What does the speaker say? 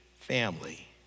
family